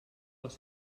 les